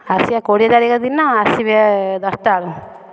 ଆସିବେ କୋଡ଼ିଏ ତାରିଖ ଦିନ ଆସିବେ ଦଶଟା ବେଳକୁ